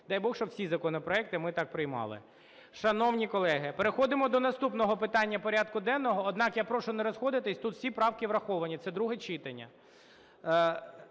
Дай Бог, щоб всі законопроекти ми так приймали. Шановні колеги, переходимо до наступного питання порядку денного, однак я прошу не розходитись, тут всі правки враховані, це друге читання.